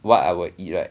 what I would eat right